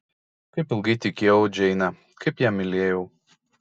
kaip ilgai tikėjau džeine kaip ją mylėjau